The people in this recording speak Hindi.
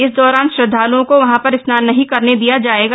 इस दौरान श्रद्धालुओं को वहां पर स्नान नहीं करने दिया जाएगा